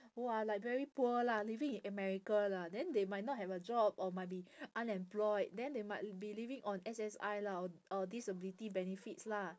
who are like very poor lah living in america lah then they might not have a job or might be unemployed then they might be living on S_S_I lah or disability benefits lah